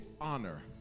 honor